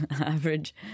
average